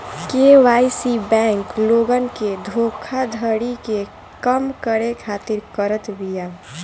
KYC bank लोगन के धोखाधड़ी के कम करे खातिर करत बिया